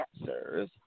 answers